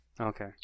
Okay